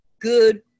good